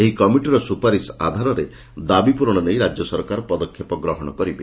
ଏହି କମିଟିର ସୁପାରିଶ ଆଧାରରେ ଦାବି ପ୍ରରଣ ନେଇ ରାଜ୍ୟ ସରକାର ପଦକ୍ଷେପ ଗ୍ରହଶ କରିବେ